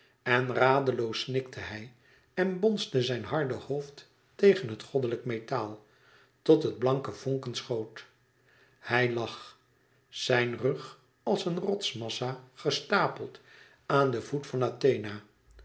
en radeloos snikte hij en bonsde zijn harde hoofd tegen het goddelijk metaal tot het blanke vonken schoot hij lag zijn rug als een rotsmassa gestapeld aan den voet van athena